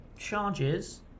Charges